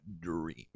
dream